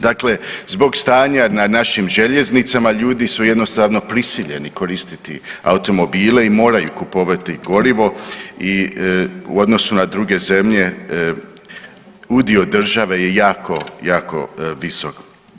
Dakle, zbog stanja na našim željeznicama ljudi su jednostavno prisiljeni koristiti automobile i moraju kupovati gorivo u odnosu na druge zemlje udio države je jako, jako visok.